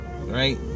right